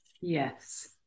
Yes